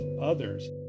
others